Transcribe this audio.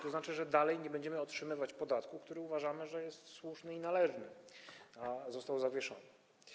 To znaczy, że dalej nie będziemy otrzymywać podatku, który, jak uważamy, jest słuszny i należny, a został zawieszony.